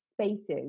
spaces